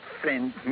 friend